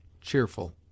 cheerful